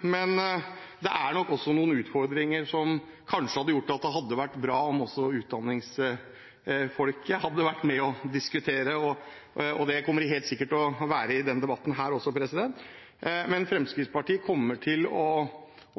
Men det er nok også noen utfordringer, så kanskje det hadde vært bra om også utdanningsfolket hadde vært med og diskutert, og det kommer de helt sikkert til å være i denne debatten også.